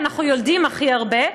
אנחנו יולדים הכי הרבה,